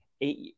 eight